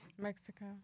Mexico